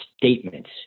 statements